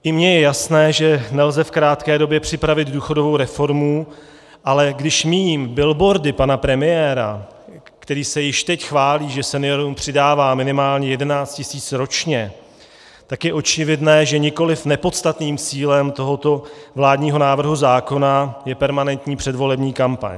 I mně je jasné, že nelze v krátké době připravit důchodovou reformu, ale když míjím billboardy pana premiéra, který se již teď chválí, že seniorům přidává minimálně 11 tisíc ročně, tak je očividné, že nikoliv nepodstatným cílem tohoto vládního návrhu zákona je permanentní předvolební kampaň.